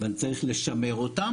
ואני צריך לשמר אותם,